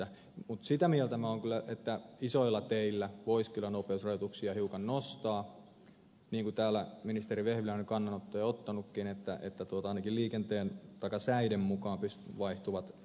mutta sitä mieltä minä olen kyllä että isoilla teillä voisi kyllä nopeusrajoituksia hiukan nostaa niin kuin täällä ministeri vehviläinen kannanottoja on jo ottanutkin että ainakin säiden mukaan vaihtuvat nopeusrajoitukset tulisivat